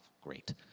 great